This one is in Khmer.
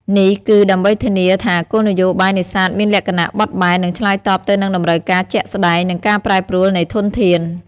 នេះគឺដើម្បីធានាថាគោលនយោបាយនេសាទមានលក្ខណៈបត់បែន និងឆ្លើយតបទៅនឹងតម្រូវការជាក់ស្តែង និងការប្រែប្រួលនៃធនធាន។